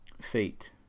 fate